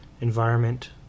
environment